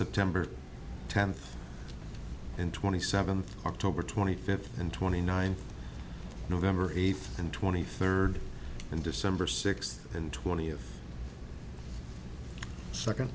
september tenth and twenty seventh october twenty fifth and twenty nine november eighth and twenty third and december sixth and twenty